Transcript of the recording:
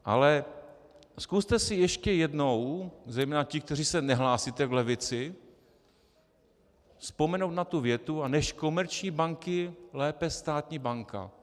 Ale zkuste si ještě jednou, zejména ti, kteří se nehlásíte v levici, vzpomenout na tu větu: než komerční banky, lépe státní banka.